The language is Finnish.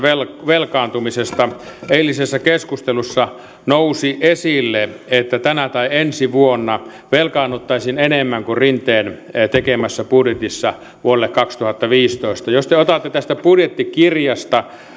velkaantumisesta eilisessä keskustelussa nousi esille että tänä tai ensi vuonna velkaannuttaisiin enemmän kuin rinteen tekemässä budjetissa vuodelle kaksituhattaviisitoista jos te otatte tästä budjettikirjasta